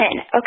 Okay